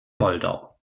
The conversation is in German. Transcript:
moldau